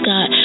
God